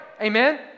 Amen